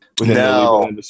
No